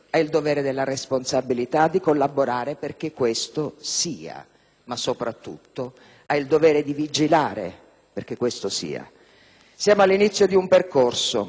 Ma, soprattutto, ha il dovere di vigilare perché questo sia. Siamo all'inizio di un percorso che sarà lungo e ancora da fare.